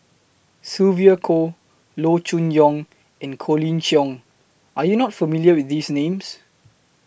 Sylvia Kho Loo Choon Yong and Colin Cheong Are YOU not familiar with These Names